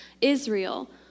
Israel